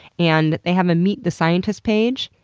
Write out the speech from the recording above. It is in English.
and they have a meet the scientists page.